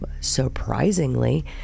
surprisingly